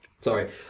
sorry